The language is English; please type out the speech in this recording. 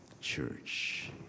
Church